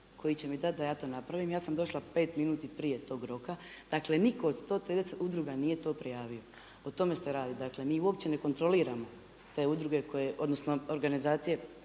koji će mi dati da ja to napravim. Ja sam došla 5 minuta prije tog roka. Dakle nitko od 130 udruga nije to prijavio. O tome se radi. Dakle mi uopće ne kontroliramo te udruge koje, odnosno organizacije,